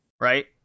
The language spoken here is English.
Right